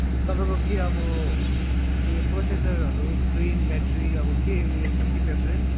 अब तपाईँको के अब उयो प्रोसेसरहरू स्क्रिन ब्याट्री अब के उयो छ कि प्रिफरेन्स